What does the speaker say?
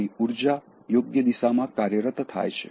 તમારી ઉર્જા યોગ્ય દિશામાં કાર્યરત થાય છે